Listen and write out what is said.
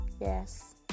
Yes